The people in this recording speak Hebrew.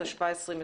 התשפ"א-2020